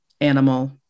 animal